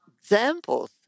examples